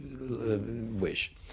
wish